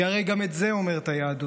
כי הרי גם את זה אומרת היהדות: